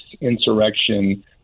insurrection